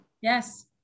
yes